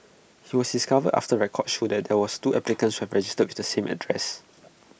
he was discovered after records showed that there were two applicants who had registered with the same address